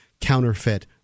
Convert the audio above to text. counterfeit